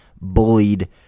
bullied